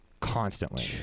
constantly